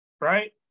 right